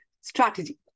strategy